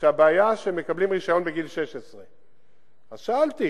שהבעיה היא שמקבלים רשיון בגיל 16. שאלתי,